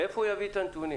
מאיפה היא תביא את הנתונים?